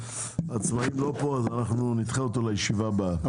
העצמאים לא פה, נדחה אותם לישיבה הבאה.